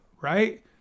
Right